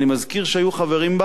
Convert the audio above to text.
אני מזכיר שהיו חברים בה